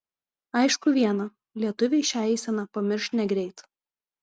aišku viena lietuviai šią eiseną pamirš negreit